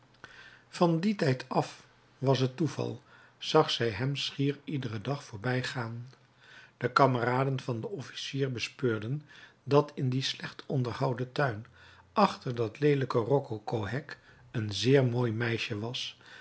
van dien tijd af was het toeval zag zij hem schier iederen dag voorbijgaan de kameraden van den officier bespeurden dat in dien slecht onderhouden tuin achter dat leelijke rococo hek een zeer mooi meisje was